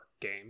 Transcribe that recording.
game